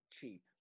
cheap